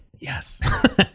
Yes